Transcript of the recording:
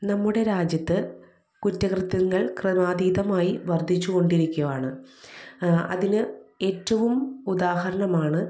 നമ്മുടെ രാജ്യത്ത് കുറ്റ കൃത്യങ്ങൾ ക്രമാതീതമായി വർദ്ധിച്ചു കൊണ്ടിരിക്കുകയാണ് അതിന് ഏറ്റവും ഉദാഹരണമാണ്